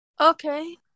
Okay